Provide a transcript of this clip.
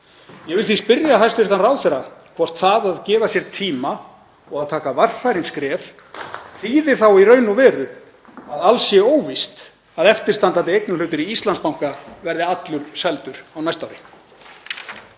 Ég vil því spyrja hæstv. ráðherra hvort það að gefa sér tíma og að taka varfærin skref þýði þá í raun og veru að alls sé óvíst að eftirstandandi eignarhlutur í Íslandsbanka verði allur seldur á næsta ári.